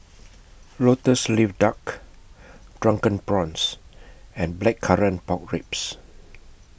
Lotus Leaf Duck Drunken Prawns and Blackcurrant Pork Ribs